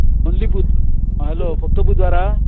फक्त बुधवारा